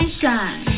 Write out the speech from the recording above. shine